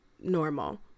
normal